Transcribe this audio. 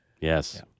Yes